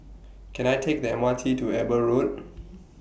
Can I Take The M R T to Eber Road